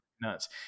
nuts